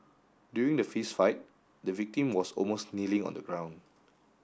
during the fist fight the victim was almost kneeling on the ground